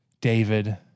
David